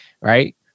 Right